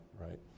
right